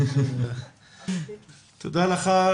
תודה לך,